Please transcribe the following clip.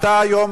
אתה היום,